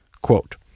Quote